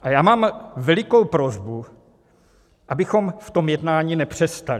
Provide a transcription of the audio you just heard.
A já mám velikou prosbu, abychom v tom jednání nepřestali.